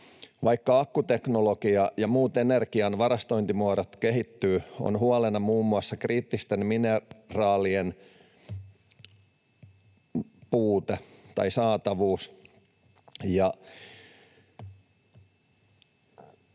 Vaikka akkuteknologia ja muut energian varastointimuodot kehittyvät, ovat huolena muun muassa kriittisten mineraalien puute tai saatavuus